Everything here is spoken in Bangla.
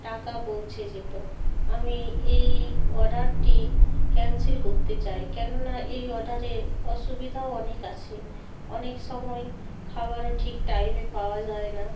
টাকা পৌঁছে যেত আমি এই অর্ডারটি ক্যানসেল করতে চাই কেননা এই অর্ডারের অসুবিধাও অনেক আছে অনেক সময় খাবারও ঠিক টাইমে পাওয়া যায় না